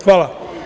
Hvala.